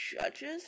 judges